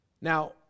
Now